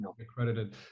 Accredited